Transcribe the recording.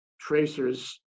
tracers